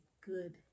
good